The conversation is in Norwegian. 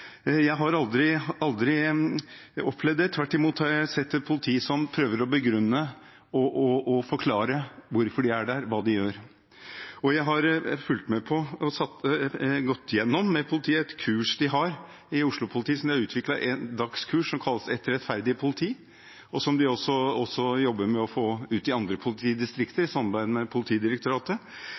Jeg har aldri opplevd det. Tvert imot har jeg sett et politi som prøver å begrunne og forklare hvorfor de er der, og hva de gjør. Jeg har fulgt med på og gått gjennom med politiet et kurs de har i Oslo-politiet: et dagskurs de har utviklet som kalles «Et rettferdig politi», og som de også jobber med å få ut til andre politidistrikter i samarbeid med Politidirektoratet.